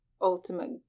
ultimate